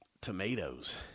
tomatoes